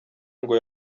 ngo